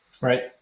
Right